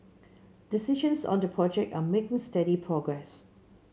discussions on the project are making steady progress